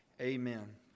amen